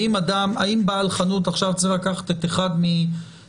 האם בעל חנות עכשיו צריך לקחת את אחד מסדרניו